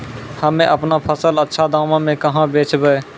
हम्मे आपनौ फसल अच्छा दामों मे कहाँ बेचबै?